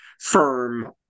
Firm